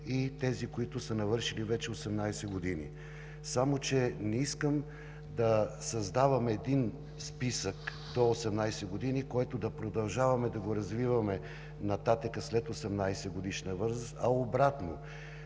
и тези, които са навършили вече 18 години, само че не искам да създавам един списък за до 18 години, който да продължаваме да го развиваме нататък след 18-годишна възраст, а обратното.